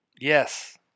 Yes